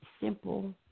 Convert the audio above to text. simple